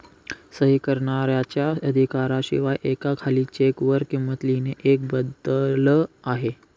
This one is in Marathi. सही करणाऱ्याच्या अधिकारा शिवाय एका खाली चेक वर किंमत लिहिणे एक बदल आहे